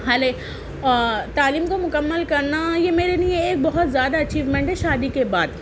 ہاں لے تعلیم کو مکمل کرنا یہ میرے لیے ایک بہت زیادہ اچیومنٹ ہے شادی کے بعد